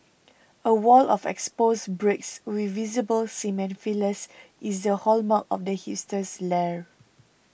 a wall of exposed bricks with visible cement fillers is the hallmark of the hipster's lair